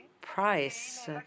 price